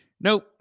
Nope